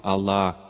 Allah